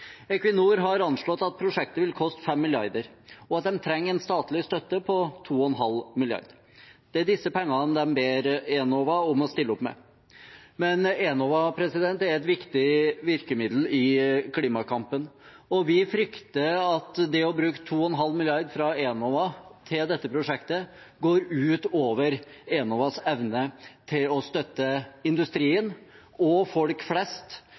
Equinor har anslått at prosjektet vil koste 5 mrd. kr, og at de trenger en statlig støtte på 2,5 mrd. kr. Det er disse pengene som de ber Enova om å stille opp med. Men Enova er et viktig virkemiddel i klimakampen, og vi frykter at det å bruke 2,5 mrd. kr fra Enova til dette prosjektet vil gå ut over Enovas evne til å støtte industrien og folk flest